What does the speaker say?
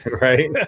Right